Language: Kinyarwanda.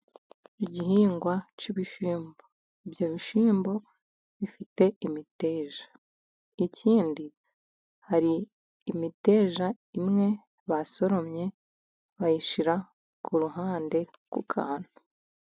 Igihingwa cy'ibishyimbo, ibyo bishyimbo bifite imiteja ikindi hari imiteja imwe basoromye bayishyira ku ruhande, ku kantu.